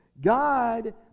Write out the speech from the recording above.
God